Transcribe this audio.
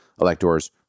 electors